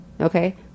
Okay